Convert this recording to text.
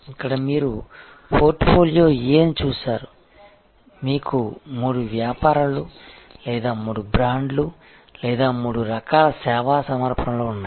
ఇక్కడ మీరు portfolio A ని చూశారు మీకు మూడు వ్యాపారాలు లేదా మూడు బ్రాండ్లు లేదా మూడు రకాల సేవా సమర్పణలు ఉన్నాయి